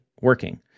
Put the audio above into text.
working